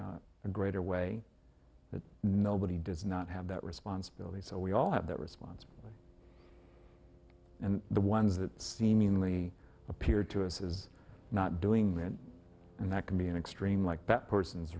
know a greater way that nobody does not have that responsibility so we all have that response and the ones that seemingly appear to us is not doing that and that can be an extreme like that person